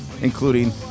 including